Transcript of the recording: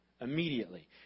Immediately